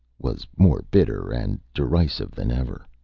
was more bitter and derisive than ever.